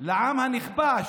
על העם הנכבש,